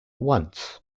once